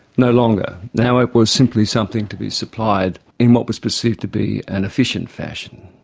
no longer. now it was simply something to be supplied in what was perceived to be an efficient fashion,